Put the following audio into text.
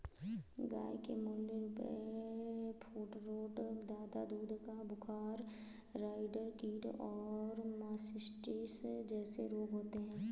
गय के मूल रूपसे फूटरोट, दाद, दूध का बुखार, राईडर कीट और मास्टिटिस जेसे रोग होते हें